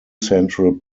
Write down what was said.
central